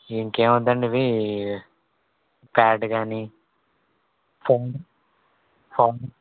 ఇంకేమొద్దండి ఇవీ ప్యాడ్ గానీ foam foam